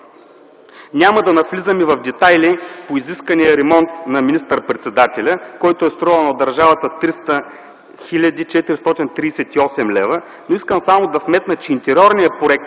Няма да навлизаме в детайли по изискания ремонт на министър-председателя, който струва на държавата 300 438 лв. Само ще вметна, че интериорният проект,